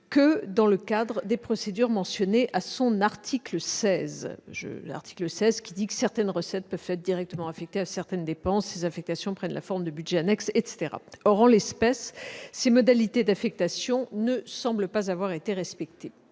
que dans le cadre des procédures prévues en son article 16. Tout à fait ! Selon cet article, certaines recettes peuvent être directement affectées à certaines dépenses, et ces affectations prennent la forme de budgets annexes. Or, en l'espèce, ces modalités d'affectation ne semblent pas avoir été respectées.